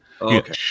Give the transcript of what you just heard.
Okay